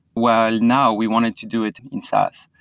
while now we wanted to do it in saas.